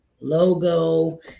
logo